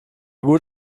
gut